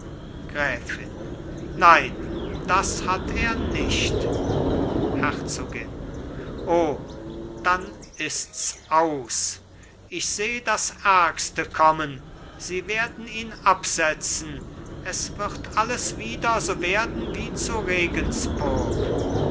gräfin nein das hat er nicht herzogin o dann ists aus ich seh das ärgste kommen sie werden ihn absetzen es wird alles wieder so werden wie zu regenspurg